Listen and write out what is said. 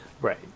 Right